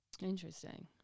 interesting